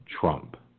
Trump